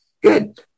Good